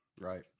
right